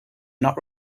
not